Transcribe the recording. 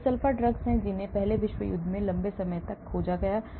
ये sulfa drugs हैं जिन्हें पहले विश्व युद्ध के बाद लंबे समय बाद खोजा गया था